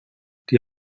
die